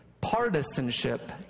Partisanship